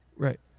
right.